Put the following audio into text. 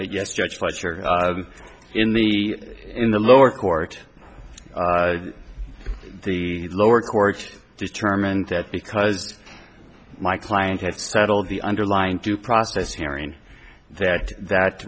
yes judge fletcher in the in the lower court the lower court determined that because my client had settled the underlying due process hearing that that